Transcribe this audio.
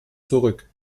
zurück